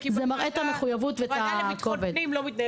זה מראה את המחויבות ואת הכובד.